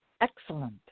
Excellent